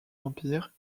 empire